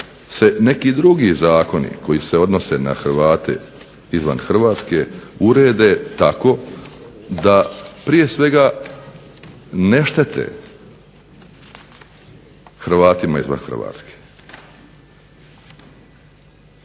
se neki drugi zakoni koji se odnose na Hrvate izvan Hrvatske urede tako da prije svega ne štete Hrvatima izvan Hrvatske.